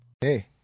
Hey